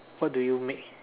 what do you make